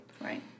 right